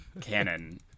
canon